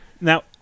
Now